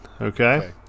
Okay